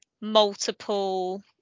multiple